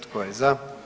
Tko je za?